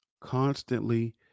constantly